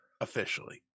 officially